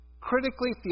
Critically